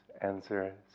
answer